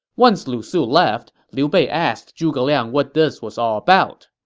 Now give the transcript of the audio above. once lu su left, liu bei asked zhuge liang what this was all about.